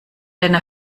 einer